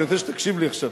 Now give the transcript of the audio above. אני רוצה שתקשיב לי עכשיו.